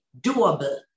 doable